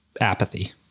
apathy